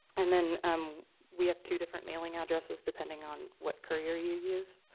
and then um we have two different mailing addresses depending on what courier you use.